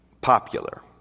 popular